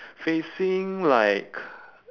facing like